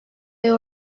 ayı